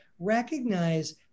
recognize